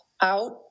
out